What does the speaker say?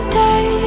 day